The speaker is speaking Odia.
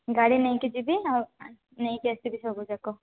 ଗାଡ଼ି ନେଇକି ଯିବି ଆଉ ନେଇକି ଆସିବି ସବୁ ଯାକ